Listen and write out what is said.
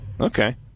Okay